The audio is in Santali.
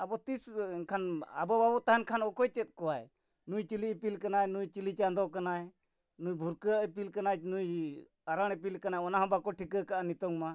ᱟᱵᱚ ᱛᱤᱥ ᱮᱱᱠᱷᱟᱱ ᱟᱵᱚ ᱵᱟᱵᱚ ᱛᱟᱦᱮᱱ ᱠᱷᱟᱱ ᱚᱠᱚᱭ ᱪᱮᱫ ᱠᱚᱣᱟᱭ ᱱᱩᱭ ᱪᱤᱞᱤ ᱤᱯᱤᱞ ᱠᱟᱱᱟᱭ ᱱᱩᱭ ᱪᱤᱞᱤ ᱪᱟᱸᱫᱳ ᱠᱟᱱᱟᱭ ᱱᱩᱭ ᱵᱷᱩᱨᱠᱟᱹᱜ ᱤᱯᱤᱞ ᱠᱟᱱᱟᱭ ᱱᱩᱭ ᱟᱨᱟᱲ ᱤᱯᱤᱞ ᱠᱟᱱᱟᱭ ᱚᱱᱟ ᱦᱚᱸ ᱵᱟᱠᱚ ᱴᱷᱤᱠᱟᱹ ᱠᱟᱜᱼᱟ ᱱᱤᱛᱚᱝ ᱢᱟ